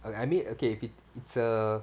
okay I mean okay if it's a